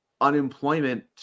unemployment